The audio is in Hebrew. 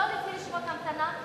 לא לפי רשימת המתנה,